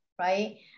right